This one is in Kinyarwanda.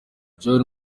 john